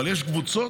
אבל יש קבוצות,